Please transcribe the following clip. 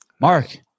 Mark